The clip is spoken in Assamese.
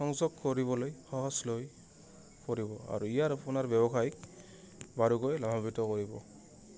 সংযোগ কৰিবলৈ সহজ লৈ কৰিব আৰু ইয়াৰ আপোনাৰ ব্যৱসায় বাৰুকৈ লাভান্বিত কৰিব